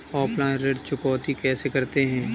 Offline ऋण चुकौती कैसे करते हैं?